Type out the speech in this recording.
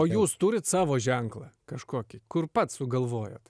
o jūs turit savo ženklą kažkokį kur pats sugalvojot